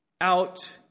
out